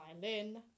violin